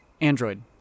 Android